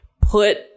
put